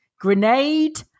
grenade